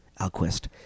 Alquist